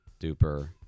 duper